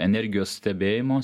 energijos stebėjimo